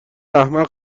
احمق